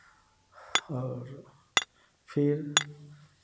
और फिर